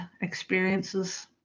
experiences